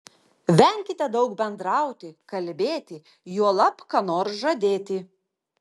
venkite daug bendrauti kalbėti juolab ką nors žadėti